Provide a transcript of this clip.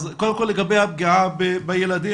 קודם כל לגבי הפגיעה בילדים,